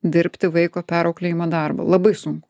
dirbti vaiko perauklėjimo darbą labai sunk